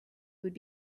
would